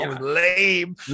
lame